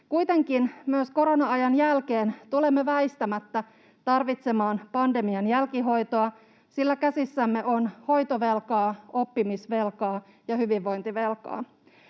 Kuitenkin myös korona-ajan jälkeen tulemme väistämättä tarvitsemaan pandemian jälkihoitoa, sillä käsissämme on hoitovelkaa, oppimisvelkaa ja hyvinvointivelkaa.